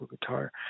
guitar